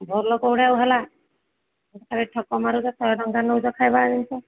ଭଲ କେଉଁଟା ଆଉ ହେଲା ଖାଲି ଠକ ମାରୁଛ ଶହେ ଟଙ୍କା ନେଉଛ ଖାଇବା ଜିନିଷ